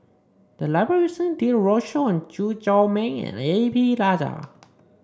the library recently did a roadshow on Chew Chor Meng and A P Rajah